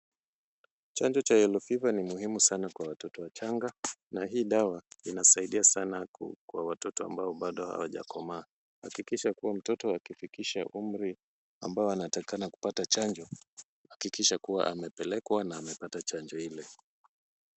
Chanjo cha yellow fever ni muhimu sana kwa watoto wachanga na hii dawa inasaidia sana kwa watoto ambao bado hawajakomaa. Hakikisha kuwa mtoto akifikisha umri ambao anatakikana kupata chanjo, hakikisha kuwa amepelekwa na amepata chanjo ile.